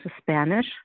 Spanish